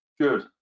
good